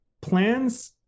plans